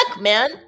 man